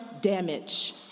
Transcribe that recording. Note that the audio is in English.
damage